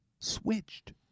switched